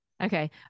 Okay